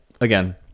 Again